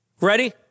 Ready